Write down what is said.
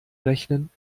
rechnen